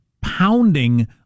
pounding